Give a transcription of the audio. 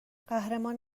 قهرمان